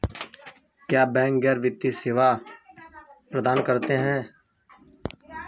क्या बैंक गैर वित्तीय सेवाएं प्रदान करते हैं?